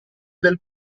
del